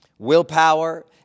willpower